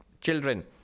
children